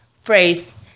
phrase